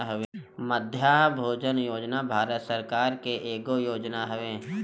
मध्याह्न भोजन योजना भारत सरकार के एगो योजना हवे